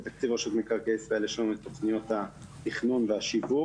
בתקציב רשות מקרקעי ישראל יש לנו את תוכניות התכנון והשיווק